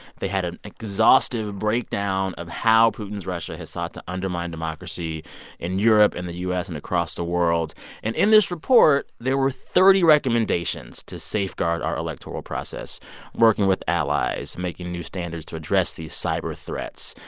they had an exhaustive breakdown of how putin's russia has sought to undermine democracy in europe and the u s. and across the world and in this report, there were thirty recommendations to safeguard our electoral process working with allies, making new standards to address these cyberthreats,